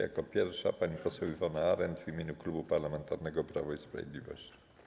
Jako pierwsza pani poseł Iwona Arent w imieniu Klubu Parlamentarnego Prawo i Sprawiedliwość.